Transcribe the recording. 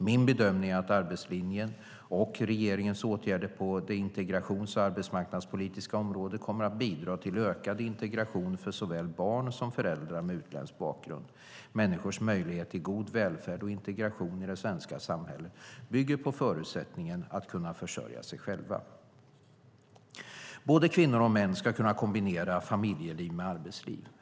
Min bedömning är att arbetslinjen och regeringens åtgärder på det integrations och arbetsmarknadspolitiska området kommer att bidra till ökad integration för såväl barn som föräldrar med utländsk bakgrund. Människors möjlighet till god välfärd och integration i det svenska samhället bygger på förutsättningen att de kan försörja sig själva. Både kvinnor och män ska kunna kombinera familjeliv med arbetsliv.